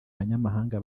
banyamahanga